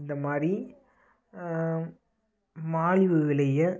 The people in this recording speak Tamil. இந்த மாதிரி மலிவு விலையை